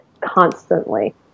constantly